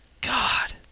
God